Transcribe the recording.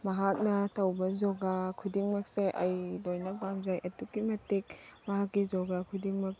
ꯃꯍꯥꯛꯅ ꯇꯧꯕ ꯌꯣꯒ ꯈꯨꯗꯤꯡꯃꯛꯁꯦ ꯑꯩ ꯂꯣꯏꯅ ꯄꯥꯝꯖꯩ ꯑꯗꯨꯛꯀꯤ ꯃꯇꯤꯛ ꯃꯍꯥꯛꯀꯤ ꯌꯣꯒꯥ ꯈꯨꯗꯤꯡꯃꯛ